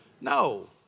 No